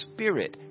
Spirit